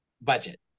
budget